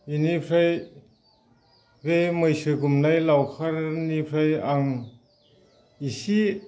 इनिफ्राय बे मैसो गुमनाय लावखारनिफ्राय आं इसे